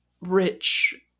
rich